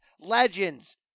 legends